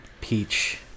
peach